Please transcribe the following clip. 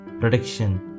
protection